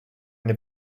l’ai